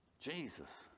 Jesus